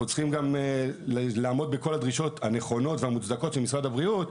צריכים גם לעמוד בכל הדרישות הנכונות והמוצדקות של משרד הבריאות,